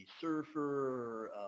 surfer